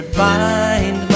find